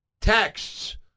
texts